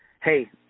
hey